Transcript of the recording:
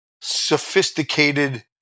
sophisticated